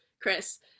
Chris